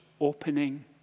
opening